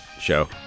show